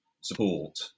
support